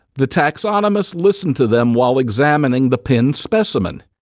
the taxonomist listened to them while examining the pinned specimen.